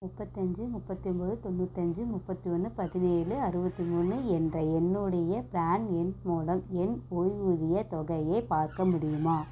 முப்பத்தஞ்சு முப்பத்து ஒம்பது தொண்ணூத்தஞ்சு முப்பத்து ஒன்று பதினேலு அறுபத்தி மூணு என்ற என்னுடைய பான் எண் மூலம் என் ஓய்வூதியத் தொகையை பார்க்க முடியுமா